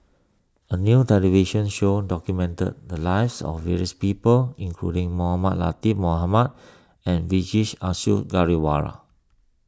a new television show documented the lives of various people including Mohamed Latiff Mohamed and Vijesh Ashok Ghariwala